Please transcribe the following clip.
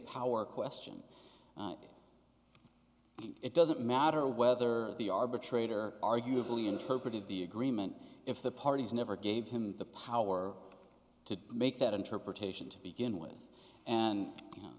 power question and it doesn't matter whether the arbitrator arguably interpreted the agreement if the parties never gave him the power to make that interpretation to begin with and